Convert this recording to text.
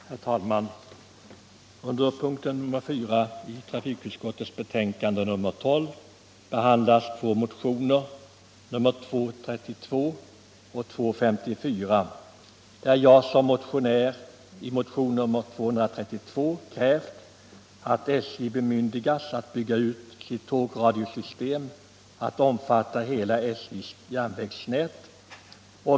Herr talman! Under punkten 4 i trafikutskottets betänkande nr 12 behandlas två motioner av mig, nr 232 och 254. I motionen 232 har jag hemställt att SJ bemyndigas att bygga ut sitt tågorderradiosystem att omfatta hela SJ:s järnvägsnät.